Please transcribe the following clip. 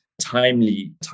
timely